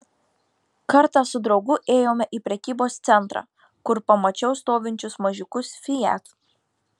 kartą su draugu ėjome į prekybos centrą kur pamačiau stovinčius mažiukus fiat